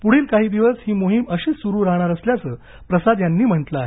पुढील काही दिवस ही मोहीम अशीच सुरु राहणार असल्याचं प्रसाद यांनी म्हटलं आहे